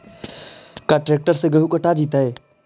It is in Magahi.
का ट्रैक्टर से गेहूं कटा जितै?